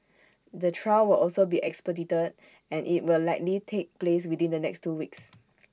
the trial will also be expedited and IT will likely take place within the next two weeks